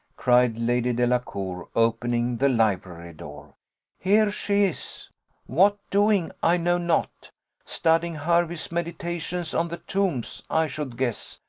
cried lady delacour, opening the library door here she is what doing i know not studying hervey's meditations on the tombs, i should guess,